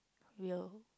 we are hope